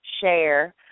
share